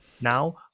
now